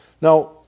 Now